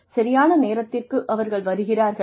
சரியான நேரத்திற்கு அவர்கள் வருகிறார்களா